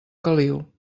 caliu